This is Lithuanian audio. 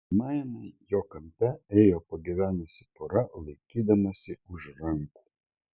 tolimajame jo kampe ėjo pagyvenusi pora laikydamasi už rankų